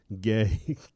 gay